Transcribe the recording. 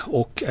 och